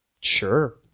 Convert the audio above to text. Sure